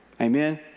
Amen